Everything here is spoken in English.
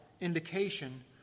indication